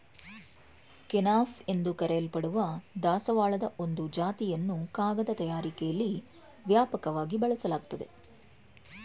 kenaf ಎಂದು ಕರೆಯಲ್ಪಡುವ ದಾಸವಾಳದ ಒಂದು ಜಾತಿಯನ್ನು ಕಾಗದ ತಯಾರಿಕೆಲಿ ವ್ಯಾಪಕವಾಗಿ ಬಳಸಲಾಗ್ತದೆ